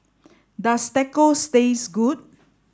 does Tacos taste good